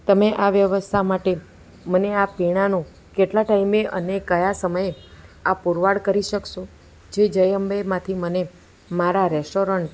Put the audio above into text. તમે આ વ્યવસ્થા માટે મને આ પિણાનું કેટલા ટાઈમે અને કયા સમયે આ પુરવાર કરી શકશો જે જય અંબેમાંથી મને મારા રેસ્ટોરન્ટ